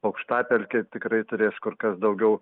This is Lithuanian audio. aukštapelkė tikrai turės kur kas daugiau